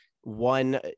one